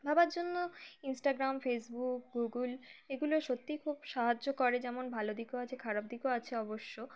ভাবার জন্য Instagram Facebook Google এগুলো সত্যিই খুব সাহায্য করে যেমন ভালো দিকও আছে খারাপ দিকও আছে অবশ্য